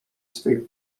swych